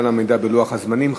גם על עמידה בלוח הזמנים.